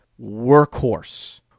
workhorse